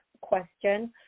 question